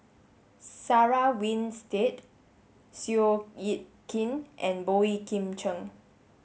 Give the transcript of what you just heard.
Sarah Winstedt Seow Yit Kin and Boey Kim Cheng